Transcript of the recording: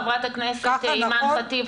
חברת הכנסת אימאן ח'טיב,